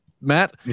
matt